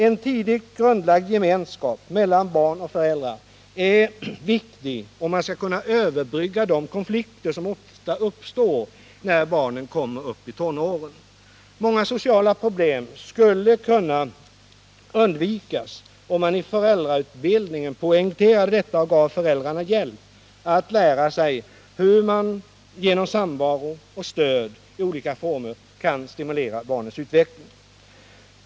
En tidigt grundlagd gemenskap mellan barn och föräldrar är viktig om man skall kunna överbrygga de konflikter som ofta uppstår när barnen kommer upp i tonåren. Många sociala problem skulle kunna undvikas om man i föräldrautbildningen poängterade detta och gav föräldrarna hjälp att lära sig hur man genom samvaro och stöd i olika former kan stimulera barnens utveckling.